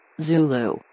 Zulu